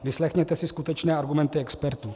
Vyslechněte si skutečné argumenty expertů.